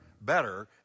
better